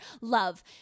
love